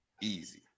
Easy